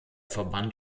verband